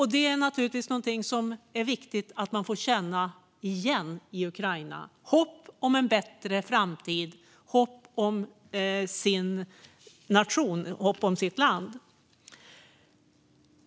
Hopp är naturligtvis någonting som det är viktigt att man får känna igen i Ukraina - hopp om en bättre framtid, hopp om sin nation, hopp om sitt land.